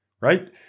right